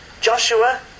Joshua